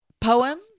Poem